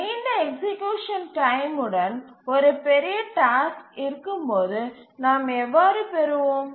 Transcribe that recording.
நீண்ட execution time உடன் ஒரு பெரிய டாஸ்க் இருக்கும்போது நாம் எவ்வாறு பெறுவோம்